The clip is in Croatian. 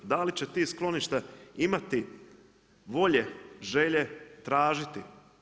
Da li će ta skloništa imati volje, želje tražiti?